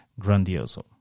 Grandioso